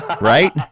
right